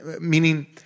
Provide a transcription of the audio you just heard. Meaning